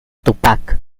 tupac